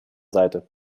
seite